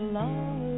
long